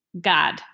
God